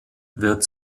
wird